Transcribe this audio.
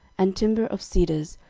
and timber of cedars,